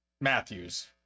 Matthews